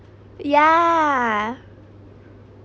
ya